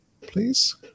please